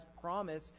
promise